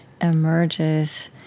emerges